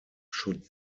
should